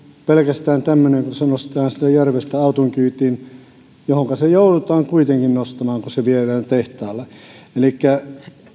pelkästään tämmöinen kun se nostetaan sieltä järvestä auton kyytiin johonka se joudutaan kuitenkin nostamaan kun se viedään tehtaalle elikkä